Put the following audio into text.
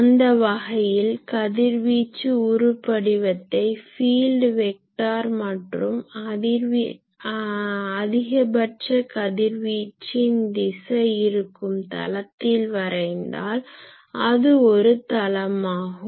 அந்த வகையில் கதிர்வீச்சு உருபடிவத்தை ஃபீல்ட் வெக்டார் மற்றும் அதிகபட்ச கதிர்வீச்சின் திசை இருக்கும் தளத்தில் வரைந்தால் அது ஒரு தளமாகும்